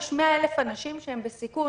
יש 100,000 אנשים שהם בסיכון.